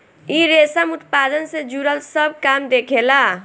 इ रेशम उत्पादन से जुड़ल सब काम देखेला